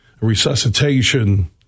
resuscitation